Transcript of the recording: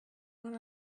one